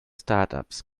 startups